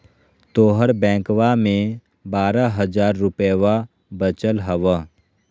तोहर बैंकवा मे बारह हज़ार रूपयवा वचल हवब